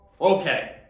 Okay